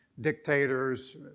dictators